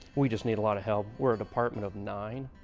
we just need a lot of help. we're a department of nine,